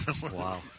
Wow